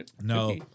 No